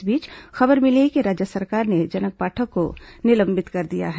इस बीच खबर मिली है कि राज्य सरकार ने जनक पाठक को निलंबित कर दिया है